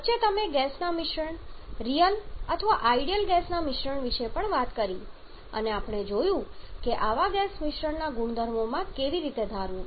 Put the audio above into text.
વચ્ચે તમે ગેસના મિશ્રણ રિયલ અથવા આઇડિયલ ગેસના મિશ્રણ વિશે પણ વાત કરી અને આપણે જોયું કે આવા ગેસ મિશ્રણના ગુણધર્મોમાં કેવી રીતે ધારવું